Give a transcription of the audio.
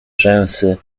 rzęsy